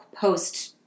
post